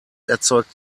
erzeugt